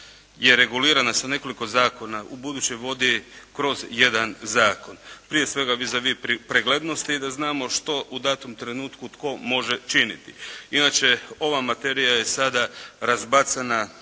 je regulirana sa nekoliko zakona ubuduće vodi kroz jedan zakon, prije svega vis a vis preglednosti da znamo što u datom trenutku tko može činiti. Inače ova materija je sada razbacana